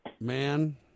Man